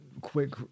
quick